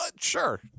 sure